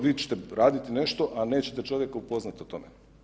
Vi ćete raditi nešto, a nećete čovjeka upoznat o tome.